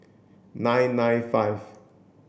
nine nine five